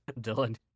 Dylan